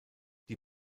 die